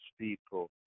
people